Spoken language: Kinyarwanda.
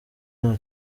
nta